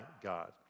God